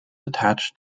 attached